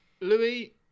Louis